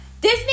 Disney